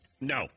No